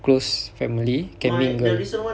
close family can mingle